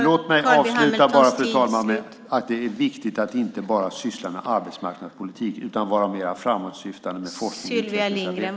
Låt mig avsluta med att det är viktigt att man inte bara sysslar med arbetsmarknadspolitik utan är mer framåtsyftande med forskning och utvecklingsarbete.